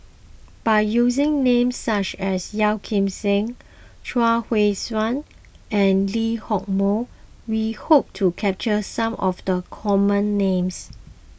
by using names such as Yeo Kim Seng Chuang Hui Tsuan and Lee Hock Moh we hope to capture some of the common names